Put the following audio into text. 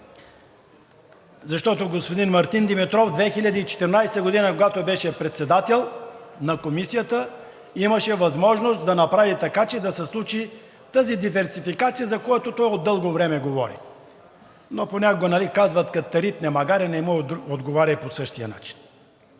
Защото господин Мартин Димитров през 2014 г., когато беше председател на Комисията, имаше възможност да направи така, че да се случи тази диверсификация, за която той от дълго време говори. Но понякога, нали, казват: „Като те ритне магаре, не му отговаряй по същия начин.“